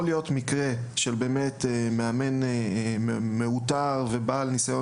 יכול להיות מקרה של מאמן מעוטר ובעל ניסיון,